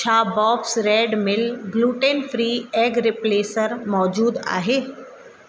छा box red mill gluten free egg replacer मौजूदु आहे